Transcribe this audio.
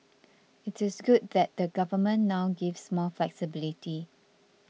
it is good that the Government now gives more flexibility